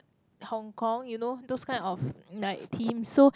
Hong-Kong you know those kind like themes so